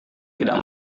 tidak